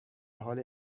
حال